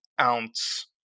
ounce